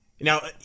now